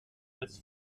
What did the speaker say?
als